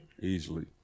easily